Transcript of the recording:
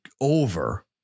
over